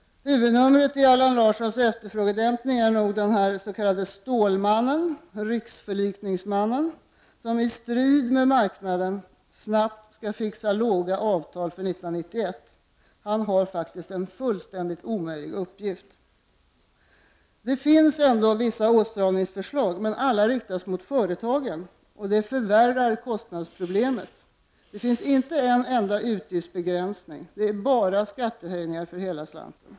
Huvudnumret i Allan Larssons efterfrågedämpning är nog den s.k. Stålmannen, dvs. den riksförlikningsman som i strid mot marknaden snabbt skall klara att låga avtal sluts för år 1991. Han har faktiskt en fullständigt omöjlig uppgift. Det finns ändå vissa åtstramningsförslag, men alla riktas mot företagen och det förvärrar kostnadsproblemet. Det finns inte en enda utgiftsbegränsning, det är bara skattehöjningar för hela slanten.